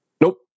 Nope